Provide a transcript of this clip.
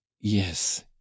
yes